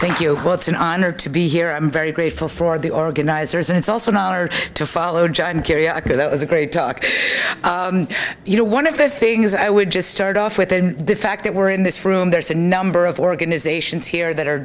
thank you well it's an honor to be here i'm very grateful for the organizers and it's also an honor to follow john kiriakou that was a great talk you know one of the things i would just start off with and the fact that we're in this room there's a number of organisations here that are